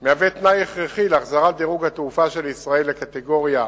הוא תנאי הכרחי להחזרת דירוג התעופה של ישראל ל"קטגוריה 1"